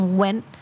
went